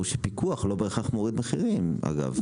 שפיקוח לא בהכרח מוריד מחירים אגב.